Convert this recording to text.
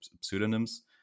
pseudonyms